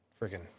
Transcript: freaking